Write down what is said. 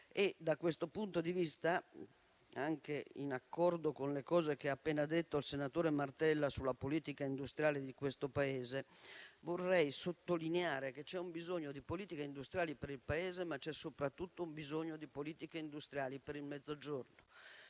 Da questo punto di vista, anche in accordo con le cose che ha appena detto il senatore Martella sulla politica industriale di questo Paese, vorrei sottolineare che c'è bisogno di politiche industriali per il Paese, ma c'è soprattutto bisogno di politiche industriali per il Mezzogiorno.